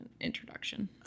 introduction